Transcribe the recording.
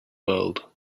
world